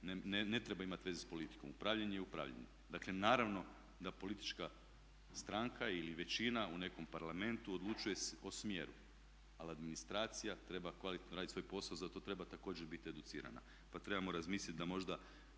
ne treba imati veze sa politikom. Upravljanje je upravljanje. Dakle naravno da politička stranka ili većina u nekom parlamentu odlučuje o smjeru ali administracija treba kvalitetno raditi svoj posao zato treba također biti educirana pa trebamo razmisliti da možda